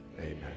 Amen